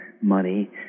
money